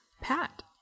Pat